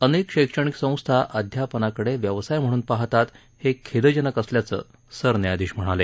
अनेक शैक्षणिक संस्था अध्यापनाकडे व्यवसाय म्हणून पाहतात हे खेदजनक असल्याचं सरन्यायाधीश म्हणाले